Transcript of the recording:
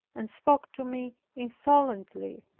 and spoke to me insolently.